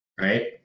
right